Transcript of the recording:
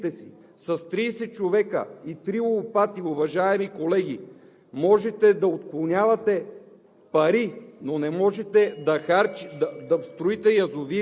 има 30 човека на щат и три лопати в активите си. С 30 човека и три лопати, уважаеми колеги, можете да отклонявате